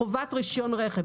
חובת רישיון רכב.